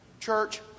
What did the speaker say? Church